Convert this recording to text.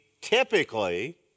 typically